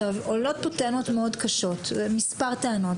עכשיו, עולות פה טענות מאוד קשות, מספר טענות.